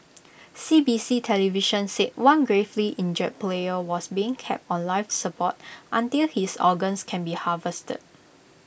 C B C television said one gravely injured player was being kept on life support until his organs can be harvested